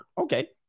Okay